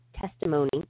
testimony